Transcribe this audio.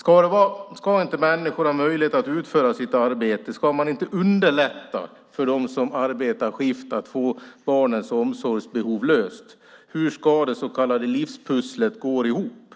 Ska inte människor ha möjlighet att utföra sitt arbete? Ska man inte underlätta för dem som arbetar skift när det gäller att lösa barnens omsorgsbehov? Hur ska det så kallade livspusslet gå ihop?